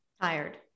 Tired